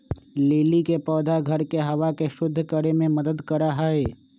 lily के पौधा घर के हवा के शुद्ध करे में मदद करा हई